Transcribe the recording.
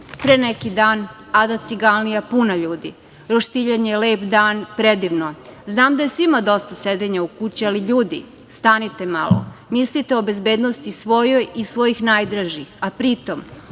neki dan – Ada Ciganlija – puna ljudi, roštiljanje, lep dan, predivno. Znam da je svima dosta sedenja u kući ali, ljudi, stanite malo, mislite o bezbednosti svojoj i svojih najdražih, a pri tome